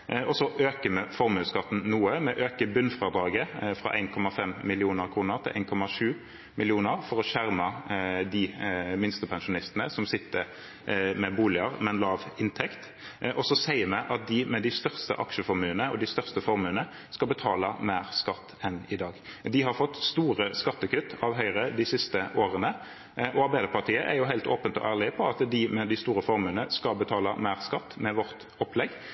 Så øker vi formuesskatten noe. Vi øker bunnfradraget fra 1,5 mill. kr til 1,7 mill. kr for å skjerme de minstepensjonistene som sitter med boliger, men har lav inntekt. Så sier vi at de med de største aksjeformuene og de største formuene skal betale mer skatt enn i dag. De har fått store skattekutt av Høyre de siste årene. Arbeiderpartiet er helt åpne og ærlige på at de med de store formuene skal betale mer skatt med vårt opplegg.